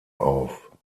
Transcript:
auf